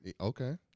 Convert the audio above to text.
Okay